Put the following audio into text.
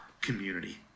community